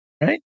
right